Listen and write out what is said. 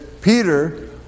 Peter